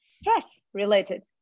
stress-related